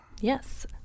Yes